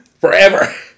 forever